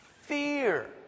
fear